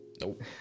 Nope